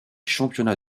championnats